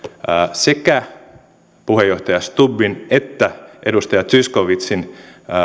sekä puheenjohtaja stubbin että edustaja zyskowiczin